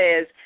says